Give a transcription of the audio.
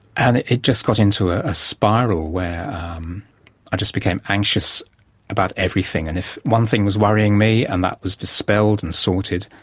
and it it just got into a spiral where i just became anxious about everything. and if one thing was worrying me and that was dispelled and sorted,